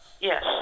yes